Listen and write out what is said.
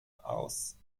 aus